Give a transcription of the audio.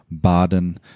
Baden